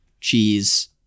cheese